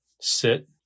sit